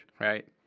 Right